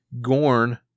Gorn